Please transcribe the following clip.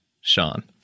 Sean